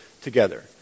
together